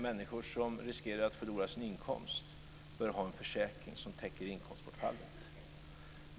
Människor som riskerar att förlora sin inkomst bör ha en försäkring som täcker inkomstbortfallet.